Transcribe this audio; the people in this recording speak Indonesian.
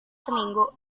seminggu